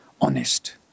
honest